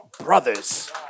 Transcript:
brothers